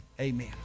amen